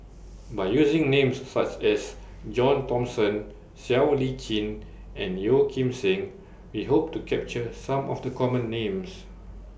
By using Names such as John Thomson Siow Lee Chin and Yeo Kim Seng We Hope to capture Some of The Common Names